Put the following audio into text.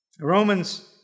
Romans